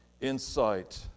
insight